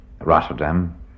Rotterdam